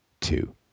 two